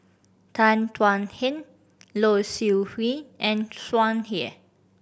Tan Thuan Heng Low Siew Nghee and Tsung Yeh